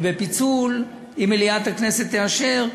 ובפיצול, אם מליאת הכנסת תאשר,